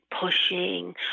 pushing